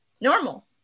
normal